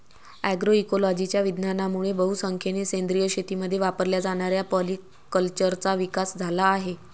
अग्रोइकोलॉजीच्या विज्ञानामुळे बहुसंख्येने सेंद्रिय शेतीमध्ये वापरल्या जाणाऱ्या पॉलीकल्चरचा विकास झाला आहे